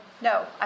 No